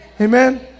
Amen